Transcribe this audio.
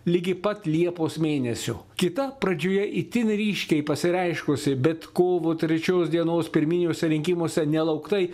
ligi pat liepos mėnesio kita pradžioje itin ryškiai pasireiškusi bet kovo trečios dienos pirminiuose rinkimuose nelauktai